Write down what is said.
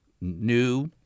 new